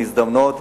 מזדמנות,